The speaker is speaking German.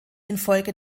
infolge